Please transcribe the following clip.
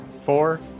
four